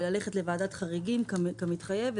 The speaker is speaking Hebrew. ללכת לוועדת חריגים כמתחייב.